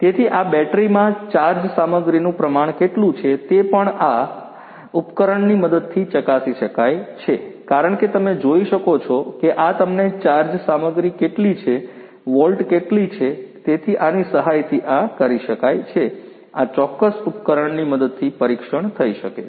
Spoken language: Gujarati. તેથી આ બેટરીમાં ચાર્જ સામગ્રીનું પ્રમાણ કેટલું છે તે પણ આ ઉપકરણની મદદથી ચકાસી શકાય છે કારણ કે તમે જોઈ શકો છો કે આ તમને ચાર્જ સામગ્રી કેટલી છે વોલ્ટ કેટલી છે તેથી આની સહાયથી આ કરી શકાય છે આ ચોક્કસ ઉપકરણની મદદથી પરીક્ષણ થઈ શકે છે